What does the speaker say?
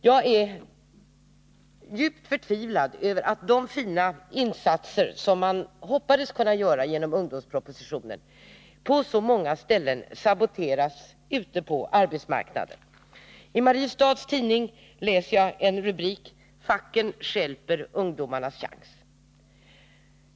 Jag är djupt förtvivlad över att de fina insatser som man hoppades kunna göra genom ungdomspropositionen saboterats på så många ställen ute på arbetsmarknaden. I Mariestads-Tidningen läser jag en rubrik: Facken stjälper ungdomarnas chans.